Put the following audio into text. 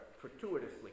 fortuitously